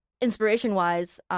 inspiration-wise